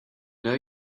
know